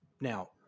Now